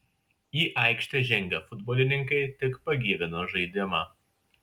į aikštę žengę futbolininkai tik pagyvino žaidimą